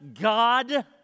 God